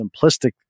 simplistic